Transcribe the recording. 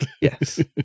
Yes